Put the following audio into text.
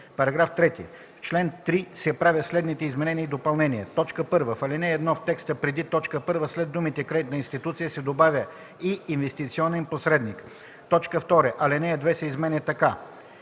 § 3: „§ 3. В чл. 3 се правят следните изменения и допълнения: 1. В ал. 1, в текста преди т. 1 след думите „кредитна институция” се добавя „и инвестиционен посредник”. 2. Алинея 2 се изменя така: